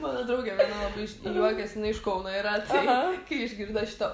mano draugė viena labai iš juokias jinai iš kauno yra tai kai išgirdo šitą